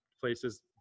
places